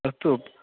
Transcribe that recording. अस्तु